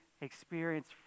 experience